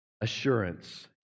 assurance